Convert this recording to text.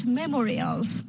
memorials